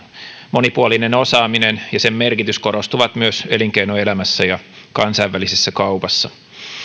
monipuolinen osaaminen ja sen merkitys korostuvat myös elinkeinoelämässä ja kansainvälisessä kaupassa